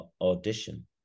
audition